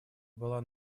была